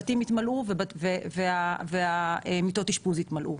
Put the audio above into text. הבתים יתמלאו ומיטות האשפוז יתמלאו.